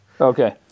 Okay